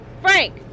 Frank